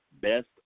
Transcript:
best